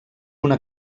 una